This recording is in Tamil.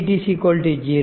didt 0